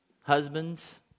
husbands